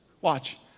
Watch